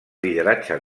lideratge